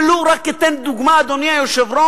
ולו רק אתן דוגמה, אדוני היושב-ראש.